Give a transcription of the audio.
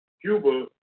Cuba